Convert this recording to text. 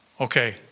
Okay